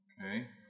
okay